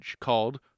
called